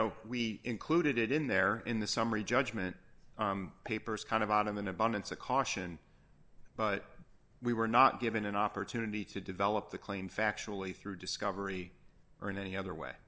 know we included it in there in the summary judgment papers kind of out of an abundance of caution but we were not given an opportunity to develop the claim factually through discovery or in any other way